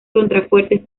contrafuertes